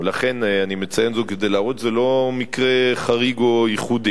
ואני מציין זאת כדי להראות שזה לא מקרה חריג או ייחודי,